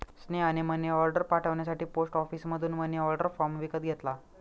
स्नेहाने मनीऑर्डर पाठवण्यासाठी पोस्ट ऑफिसमधून मनीऑर्डर फॉर्म विकत घेतला